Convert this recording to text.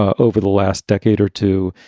ah over the last decade or two.